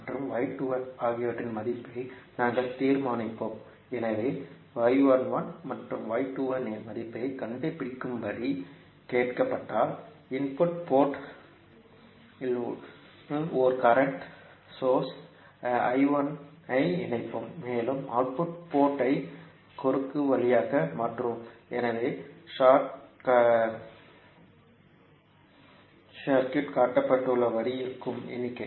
மற்றும் ஆகியவற்றின் மதிப்பை நாங்கள் தீர்மானிப்போம் எனவே மற்றும் y21 இன் மதிப்பைக் கண்டுபிடிக்கும்படி கேட்கப்பட்டால் இன்புட் போர்ட் இல் ஒரு கரண்ட் சோர்ஸ் ஐ இணைப்போம் மேலும் அவுட்புட் போர்ட் ஐ குறுக்கு வழியாக மாற்றுவோம் எனவே சர்க்யூட் காட்டப்பட்டுள்ளபடி இருக்கும் எண்ணிக்கை